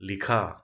लिखा